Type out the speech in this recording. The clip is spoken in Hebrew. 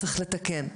"צריך לתקן".